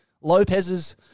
Lopez's